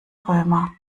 römer